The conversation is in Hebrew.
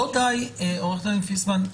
עורכת הדין פיסמן,